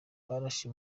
barashe